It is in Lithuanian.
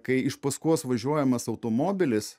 kai iš paskos važiuojamas automobilis